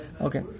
Okay